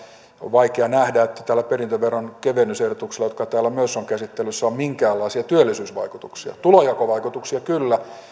on vaikea nähdä että tällä perintöveron kevennysehdotuksella joka täällä myös on käsittelyssä on minkäänlaisia työllisyysvaikutuksia tulonjakovaikutuksia kyllä